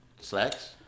slacks